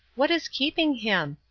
what is keeping him?